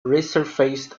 resurfaced